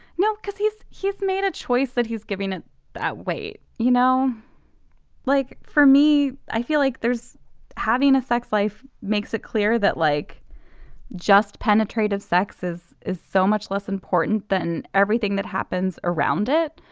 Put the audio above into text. no because he's he's made a choice that he's giving that weight you know like for me i feel like there's having a sex life makes it clear that like just penetrative sex is is so much less important than everything that happens around it.